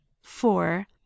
four